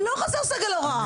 לא חסר סגל הוראה.